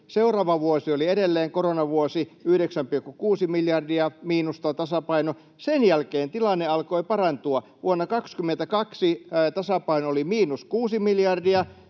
Seuraava vuosi oli edelleen koronavuosi — 9,6 miljardia miinusta tasapaino — sen jälkeen tilanne alkoi parantua. Vuonna 22 tasapaino oli miinus 6 miljardia,